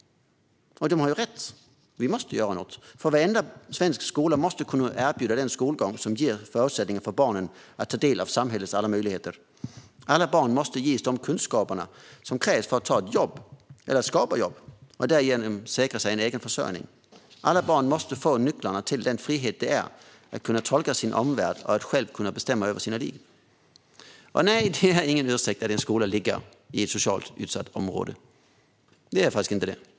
Och de har rätt - vi måste göra något. Varenda svensk skola måste kunna erbjuda en skolgång som ger barnen förutsättningar att ta del av samhällets alla möjligheter. Alla barn måste ges de kunskaper som krävs för att ta ett jobb eller skapa jobb och därigenom säkra sig en egen försörjning. Alla barn måste få nycklarna till den frihet det är att kunna tolka sin omvärld och själv kunna bestämma över sitt liv. Och nej, det är ingen ursäkt att en skola ligger i ett socialt utsatt område.